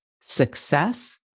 success